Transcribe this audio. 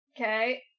Okay